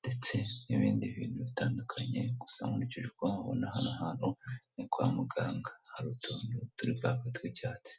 ndetse n'ibindi bintu bitandukanye gusa nkurikije uko mabona hano hantu ni kwa muganga hari utuntu turi kwaka tw'icyatsi.